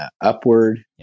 upward